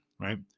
right